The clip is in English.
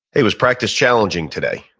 hey, was practice challenging today?